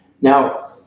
now